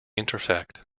intersect